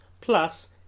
plus